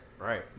right